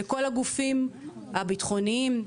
לגופים הביטחוניים,